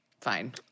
Fine